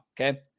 okay